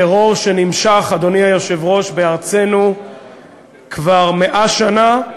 טרור שנמשך, אדוני היושב-ראש, בארצנו כבר 100 שנה.